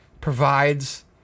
provides